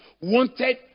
wanted